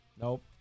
Nope